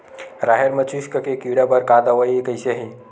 राहेर म चुस्क के कीड़ा बर का दवाई कइसे ही?